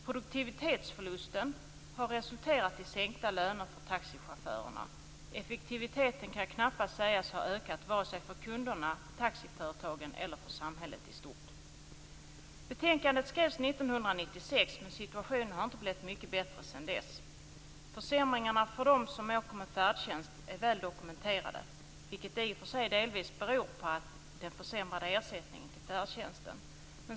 Produktivitetsförlusten har resulterat i sänkta löner för taxichaufförerna. Effektiviteten kan knappast sägas ha ökat vare sig för kunderna, taxiföretagen eller samhället i stort. Betänkandet skrevs 1996, men situationen har inte blivit mycket bättre sedan dess. Försämringarna för dem som åker med färdtjänst är väl dokumenterade, vilket i och för sig delvis beror på de försämrade ersättningarna till färdtjänsten.